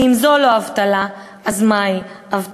ואם זו לא אבטלה, אז מהי אבטלה?